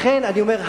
לכן אני אומר,